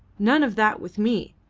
none of that with me!